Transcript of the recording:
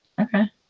Okay